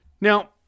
Now